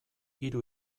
hiru